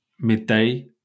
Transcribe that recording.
midday